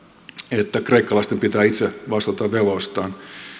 että kreikkalaisten pitää itse vastata veloistaan